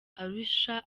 arusha